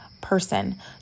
person